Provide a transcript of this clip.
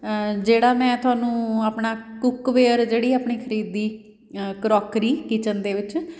ਜਿਹੜਾ ਮੈਂ ਤੁਹਾਨੂੰ ਆਪਣਾ ਕੁੱਕਵੇਅਰ ਜਿਹੜੀ ਆਪਣੀ ਖਰੀਦੀ ਕਰੋਕਰੀ ਕਿਚਨ ਦੇ ਵਿੱਚ